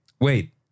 Wait